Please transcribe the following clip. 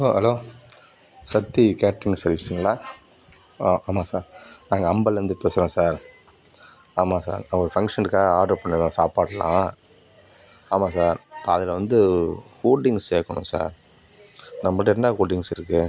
hello Sakthi catering சர்விஸுங்களா ஆ ஆமாம் சார் நாங்கள் அம்பல்லிருந்து பேசுகிறோம் சார் ஆமாம் சார் நான் ஒரு ஃபங்க்ஷனுக்காக ஆர்டர் பண்ணினோம் சாப்பாடெலாம் ஆமாம் சார் அதில் வந்து கூல் ட்ரிங்ஸ் சேர்க்கணும் சார் நம்மள்ட என்ன கூல் ட்ரிங்ஸ் இருக்குது